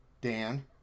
Dan